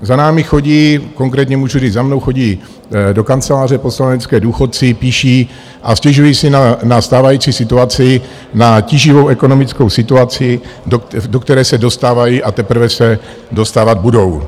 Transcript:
Za námi chodí, konkrétně můžu říct, za mnou chodí do kanceláře poslanecké důchodci, píší a stěžují si na stávající situaci, na tíživou ekonomickou situaci, do které se dostávají a teprve se dostávat budou.